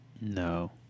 No